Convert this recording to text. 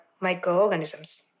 microorganisms